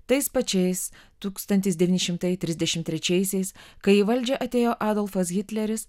tais pačiais tūkstantis devyni šimtai trisdešim trečiaisiais kai į valdžią atėjo adolfas hitleris